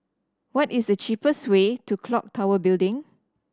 what is the cheapest way to Clock Tower Building